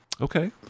Okay